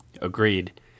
Agreed